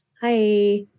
hi